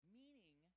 meaning